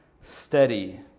steady